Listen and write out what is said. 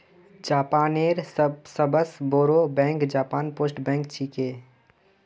जापानेर सबस बोरो बैंक जापान पोस्ट बैंक छिके